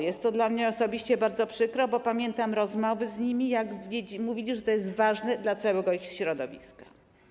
Jest to dla mnie osobiście bardzo przykre, bo pamiętam rozmowy z nimi, jak mówili, że to jest ważne dla całego ich środowiska.